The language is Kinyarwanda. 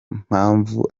mpamvu